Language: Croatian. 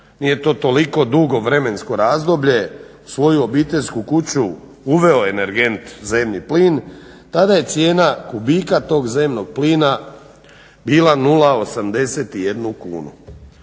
nije to toliko dugo vremensko razdoblje u svoju obiteljsku kuću uveo energent zemni plin, tada je cijena kubika tog zemnog plina bila 0,81 kunu.